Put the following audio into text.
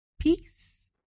peace